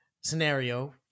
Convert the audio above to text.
scenario